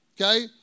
okay